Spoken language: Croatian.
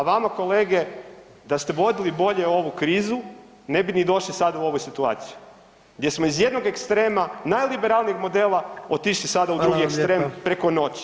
A vama kolege da ste vodili bolje ovu krizu ne bi ni došli sada u ovu situaciju gdje smo iz jednog ekstrema najliberalnijeg modela otišli sada u drugi ekstrem preko noći.